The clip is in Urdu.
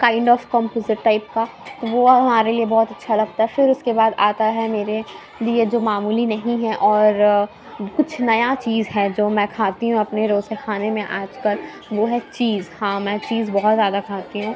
کائنڈ آف کمپوزٹ ٹائپ کا وہ ہمارے لیے بہت اچھا لگتا ہے پھر اُس کے بعد آتا ہے میرے لیے جو معمولی نہیں ہے اور کچھ نیا چیز ہے جو میں کھاتی ہوں اپنے روز کے کھانے میں آج کل وہ ہے چیز ہاں میں چیز بہت زیادہ کھاتی ہوں